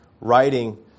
writing